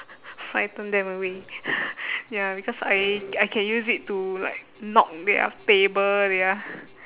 frighten them away ya because I I can use it to like knock their table their